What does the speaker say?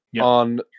on